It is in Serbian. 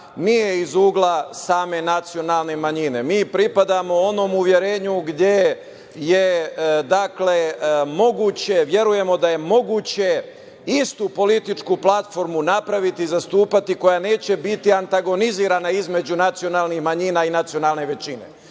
nije iz ugla same nacionalne manjine. Mi pripadamo onom uverenju gde je moguće, verujemo da je moguće istu političku platformu napraviti, zastupati, koja neće biti antagonizirana između nacionalnih manjina i nacionalne većine.